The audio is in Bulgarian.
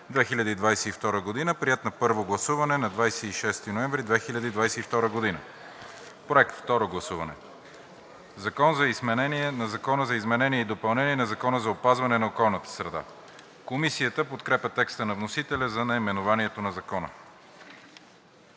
2022 г., приет на първо гласуване на 16 ноември 2022 г. „Закон за изменение на Закона за изменение и допълнение на Закона за опазване на околната среда“. Комисията подкрепя текста на вносителя за наименованието на Закона.